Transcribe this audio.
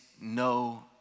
no